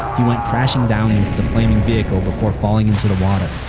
he went crashing down into the flaming vehicle before falling into the water.